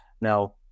now